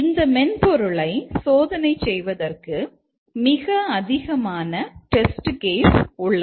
இந்த மென்பொருளை சோதனை செய்வதற்கு மிக அதிகமான டெஸ்ட் கேஸ் உள்ளது